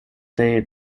day